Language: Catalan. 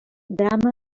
drama